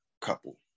couple